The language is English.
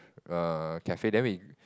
err cafe then we